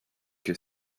que